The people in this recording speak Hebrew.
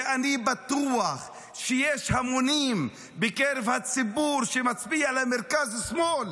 ואני בטוח שיש המונים בקרב הציבור שמצביע למרכז-שמאל